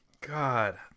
god